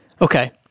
Okay